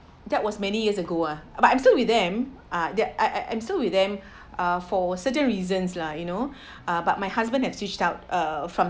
that was many years ago ah but I'm still with them uh there I'm I'm still with them uh for certain reasons lah you know uh but my husband have switched out uh from